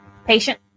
Patient